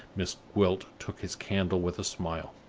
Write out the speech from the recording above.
miss gwilt took his candle with a smile.